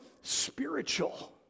spiritual